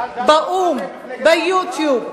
באו"ם, ב-YouTube,